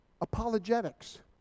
Apologetics